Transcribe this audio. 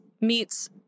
meets